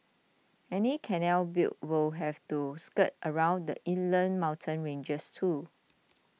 any canal built would have to skirt around the inland mountain ranges too